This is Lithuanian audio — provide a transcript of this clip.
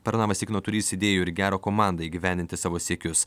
pernavas tikino turįs idėjų ir gerą komandą įgyvendinti savo siekius